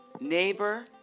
neighbor